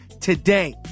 today